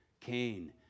Cain